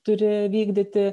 turi vykdyti